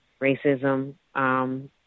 racism